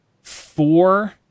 Four